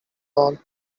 all